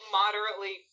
moderately